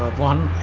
one. i